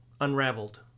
Unraveled